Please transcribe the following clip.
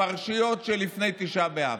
מהפרשיות שלפני תשעה באב,